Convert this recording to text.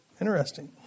Interesting